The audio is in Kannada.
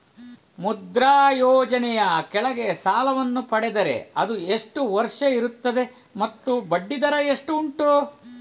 ಮುದ್ರಾ ಯೋಜನೆ ಯ ಕೆಳಗೆ ಸಾಲ ವನ್ನು ಪಡೆದರೆ ಅದು ಎಷ್ಟು ವರುಷ ಇರುತ್ತದೆ ಮತ್ತು ಬಡ್ಡಿ ದರ ಎಷ್ಟು ಉಂಟು?